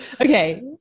Okay